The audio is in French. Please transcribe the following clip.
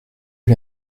est